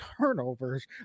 turnovers